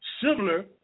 similar